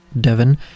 Devon